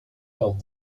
held